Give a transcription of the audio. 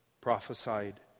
prophesied